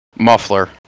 Muffler